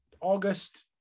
august